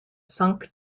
sunk